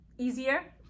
easier